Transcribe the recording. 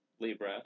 Libra